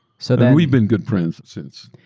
so we've been good friends since,